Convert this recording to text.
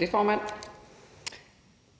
det, formand.